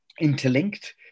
interlinked